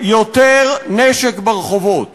צריך להבין, יותר נשק ברחובות